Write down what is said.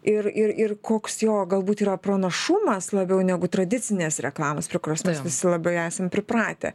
ir ir ir koks jo galbūt yra pranašumas labiau negu tradicinės reklamos prie kurios mes visi labai esam pripratę